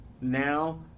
now